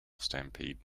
stampede